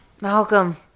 Malcolm